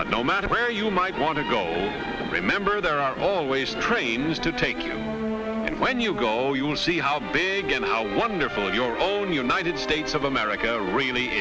but no matter where you might want to go remember there are always trains to take you and when you go you will see how big an hour wonderful your own united states of america really